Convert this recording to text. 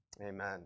amen